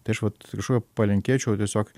tai aš vat ir šuo palinkėčiau tiesiog